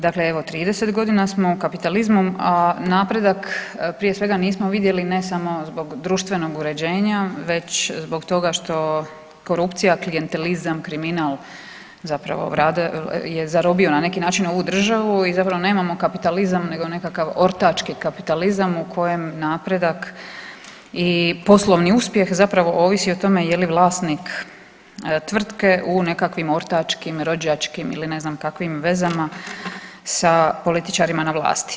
Dakle, evo 30 godina smo u kapitalizmu, a napredak prije svega nismo vidjeli ne samo zbog društvenog uređenja, već zbog toga što korupcija, klijentelizam, kriminal je zarobio na neki način ovu državu i nemamo kapitalizam nego nekakav ortački kapitalizam u kojem napredak i poslovni uspjeh zapravo ovisi o tome je li vlasnik tvrtke u nekakvim ortačkim, rođačkim ili ne znam kakvim vezama sa političarima na vlasti.